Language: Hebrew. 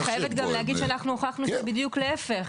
אני חייבת גם להגיד שאנחנו הוכחנו שזה בדיוק להיפך.